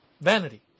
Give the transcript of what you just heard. Vanity